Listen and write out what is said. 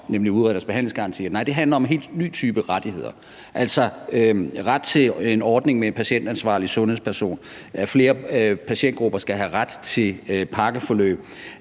det her handler om. Nej, det her handler om en helt ny type rettigheder, altså ret til en ordning med en patientansvarlig sundhedsperson, ret for flere patientgrupper til pakkeforløb